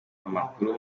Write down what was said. amakuru